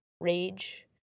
rage